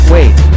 Wait